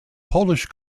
polish